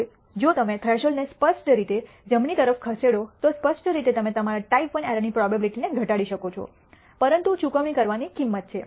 હવે જો તમે થ્રેશોલ્ડને સ્પષ્ટ રીતે જમણી તરફ ખસેડો તો સ્પષ્ટ રીતે તમે તમારા ટાઈપ I એરર ની પ્રોબેબીલીટી ને ઘટાડી શકો છો પરંતુ ચૂકવણી કરવાની કિંમત છે